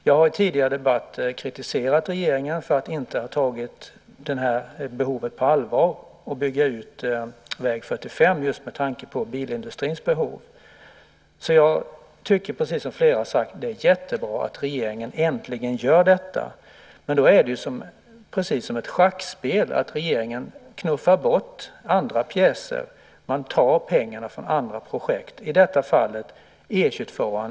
Jag har i tidigare debatter kritiserat regeringen för att inte ha tagit behovet på allvar och inte ha byggt ut väg 45 just med tanke på bilindustrins behov. Jag tycker, precis som flera har sagt, att det är jättebra att regeringen äntligen gör detta. Men det blir precis som ett schackspel - regeringen knuffar bort andra pjäser. Man tar pengarna från andra projekt, i detta fall E 22:an.